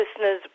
listeners